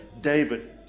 David